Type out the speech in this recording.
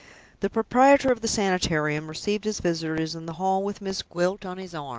the proprietor of the sanitarium received his visitors in the hall with miss gwilt on his arm.